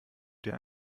dir